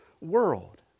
world